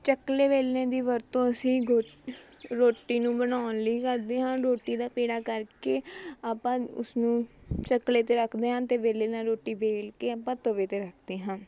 ਚੱਕਲੇ ਵੇਲਣੇ ਦੀ ਵਰਤੋਂ ਅਸੀਂ ਗੋਟ ਰੋਟੀ ਨੂੰ ਬਣਾਉਣ ਲਈ ਕਰਦੇ ਹਾਂ ਰੋਟੀ ਦਾ ਪੇੜਾ ਕਰਕੇ ਆਪਾਂ ਉਸਨੂੰ ਚੱਕਲੇ 'ਤੇ ਰੱਖਦੇ ਹਾਂ ਅਤੇ ਵੇਲਣੇ ਨਾਲ ਰੋਟੀ ਵੇਲ ਕੇ ਆਪਾਂ ਤਵੇ 'ਤੇ ਰੱਖਦੇ ਹਾਂ